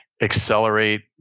accelerate